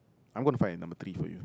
I'm gonna find a number three for you